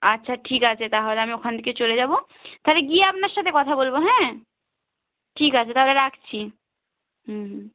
আচ্ছা ঠিক আছে তাহলে আমি ওখান থেকে চলে যাব তাহলে গিয়ে আপনার সাথে কথা বলব হ্যাঁ ঠিক আছে তাহলে রাখছি হুম হুম